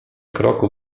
kroku